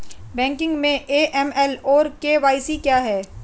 Banking में AML और KYC क्या हैं?